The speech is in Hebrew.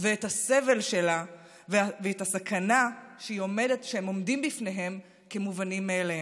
ואת הסבל שלה ואת הסכנה שהיא עומדת בפניה כמובנים מאליהם.